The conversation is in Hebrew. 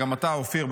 גם אתה אופיר,